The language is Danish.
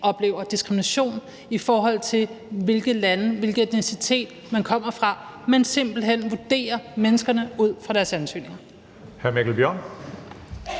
oplever diskrimination, i forhold til hvilke lande man kommer fra, hvilken etnicitet man har, men simpelt hen vurderer menneskene ud fra deres ansøgninger.